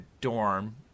dorm